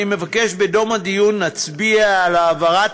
אני מבקש בתום הדיון להצביע על העברת